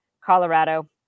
Colorado